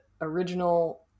original